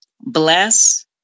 bless